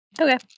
Okay